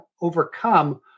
overcome